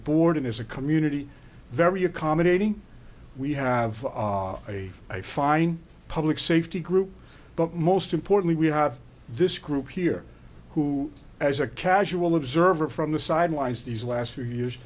board and as a community very accommodating we have a fine public safety group but most importantly we have this group here who as a casual observer from the sidelines these last few years